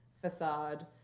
facade